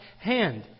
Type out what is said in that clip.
hand